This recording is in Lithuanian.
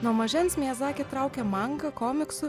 nuo mažens miazaki traukė manga komiksų